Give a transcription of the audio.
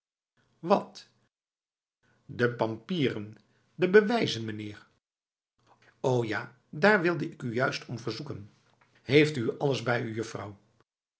wat de pampieren de bewijzen meneer o ja daar wilde ik u juist om verzoeken heeft u alles bij u